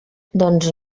doncs